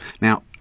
Now